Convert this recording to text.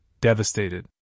devastated